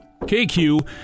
KQ